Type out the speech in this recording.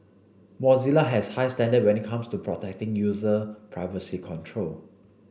Mozilla has high standard when it comes to protecting user privacy control